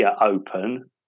open